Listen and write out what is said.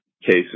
cases